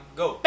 go